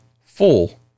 full